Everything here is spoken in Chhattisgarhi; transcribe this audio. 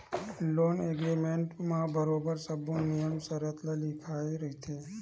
लोन एग्रीमेंट म बरोबर सब्बो नियम सरत ह लिखाए रहिथे